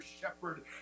shepherd